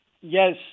yes